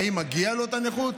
האם מגיעה קצבת לו נכות?